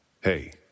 Hey